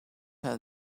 her